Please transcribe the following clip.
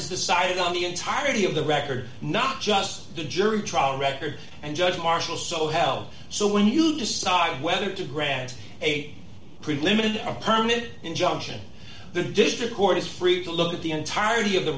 is decided on the entirety of the record not just the jury trial record and judge marshall so hell so when you decide whether to grant a pretty limited a permit injunction the district court is free to look at the entirety of the